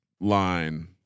line